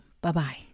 Bye-bye